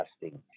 testing